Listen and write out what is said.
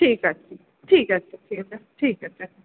ঠিক আছে ঠিক আছে ঠিক আছে ঠিক আছে